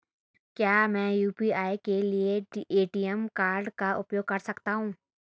क्या मैं यू.पी.आई के लिए ए.टी.एम कार्ड का उपयोग कर सकता हूँ?